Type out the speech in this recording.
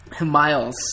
Miles